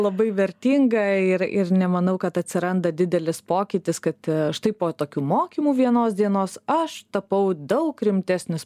labai vertinga ir ir nemanau kad atsiranda didelis pokytis kad štai po tokių mokymų vienos dienos aš tapau daug rimtesnis